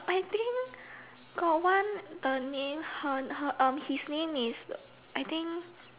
I think got one the name her her um his name is I think